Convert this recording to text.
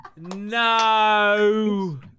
no